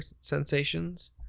sensations